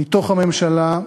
מתוך הממשלה,